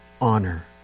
honor